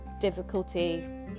difficulty